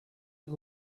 eat